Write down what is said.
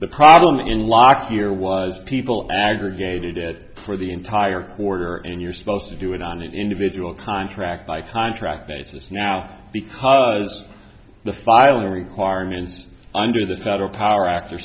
the problem in locked here was people aggregated it for the entire quarter and you're supposed to do it on an individual contract by time track basis now because the filing requirements under the federal power after